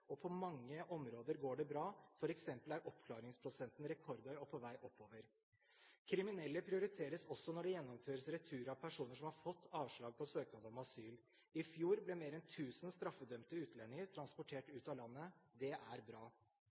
og på mange områder går det bra, f.eks. er oppklaringsprosenten rekordhøy og på vei oppover. Kriminelle prioriteres når det gjennomføres retur av personer som har fått avslag på søknad om asyl. I fjor ble mer enn 1 000 straffedømte utlendinger transportert ut av landet. Det er bra.